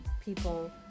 people